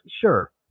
Sure